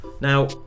Now